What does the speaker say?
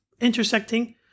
intersecting